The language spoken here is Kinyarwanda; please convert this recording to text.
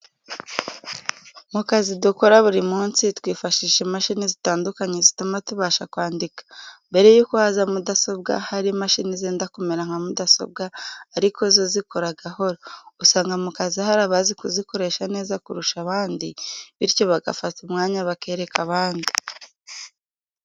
Mu kazi dukora buri munsi, twifashisha imashini zitandukanye zituma tubasha kwandika. Mbere yuko haza mudasobwa hari imashini zenda kumera nka mudasobwa ariko zo zikora gahoro. Usanga mu kazi hari abazi kuzikoresha neza kurusha abandi, bityo bagafata umwanya bakereka abandi.